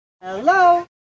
Hello